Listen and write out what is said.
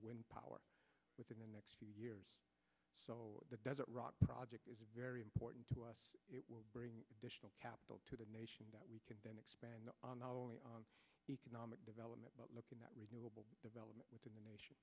wind power within the next two years so that doesn't rock project is very important to us it will bring additional capital to the nation that we can then expand on our economic development by looking at renewable development in the nation